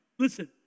Listen